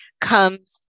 comes